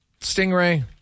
Stingray